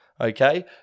okay